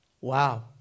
Wow